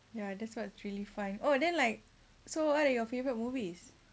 ya that's what three fun oh then like so what are your favourite movies